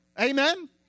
Amen